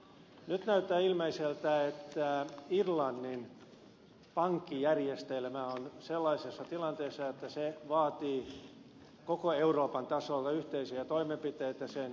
nyt näyttää ilmeiseltä että irlannin pankkijärjestelmä on sellaisessa tilanteessa että se vaatii koko euroopan tasolla yhteisiä toimenpiteitä sen pelastamiseksi